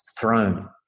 throne